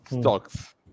stocks